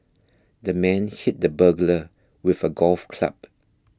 the man hit the burglar with a golf club